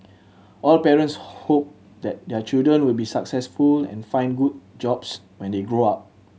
all parents hope that their children will be successful and find good jobs when they grow up